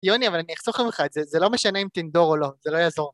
יוני אבל אני אחסוך לך את זה, זה לא משנה אם תנדור או לא, זה לא יעזור